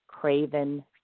Craven